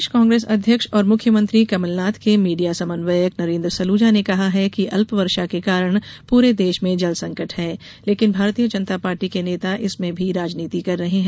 प्रदेश कांग्रेस अध्यक्ष और मुख्यमंत्री कमलनाथ के मीडिया समन्वयक नरेंद्र सलूजा ने कहा है कि अल्पवर्षा के कारण पूरे देश में जलसंकट है लेकिन भारतीय जनता पार्टी के नेता इसमें भी राजनीति कर रहे हैं